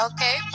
Okay